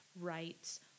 rights